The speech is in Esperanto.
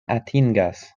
atingas